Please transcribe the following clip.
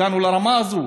הגענו לרמה הזאת,